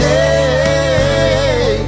Hey